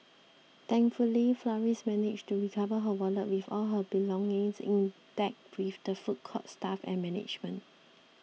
thankfully Flores managed to recover her wallet with all her belongings intact with the food court's staff and management